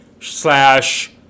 slash